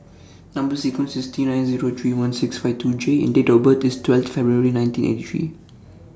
Number sequence IS T nine Zero three one six five two J and Date of birth IS twelve February nineteen eighty three